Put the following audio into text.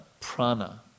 prana